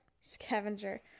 scavenger